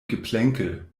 geplänkel